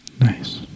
Nice